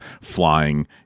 flying